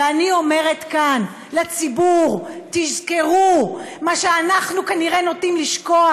אני אומרת כאן לציבור: תזכרו מה שאנחנו כנראה נוטים לשכוח.